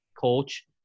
coach